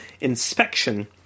inspection